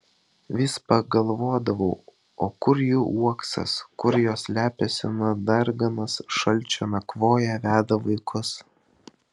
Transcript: vis pagalvodavau o kur jų uoksas kur jos slepiasi nuo darganos šalčio nakvoja veda vaikus